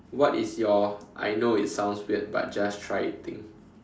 what is your I know it sounds weird but just try it thing